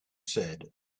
said